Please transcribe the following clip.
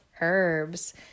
herbs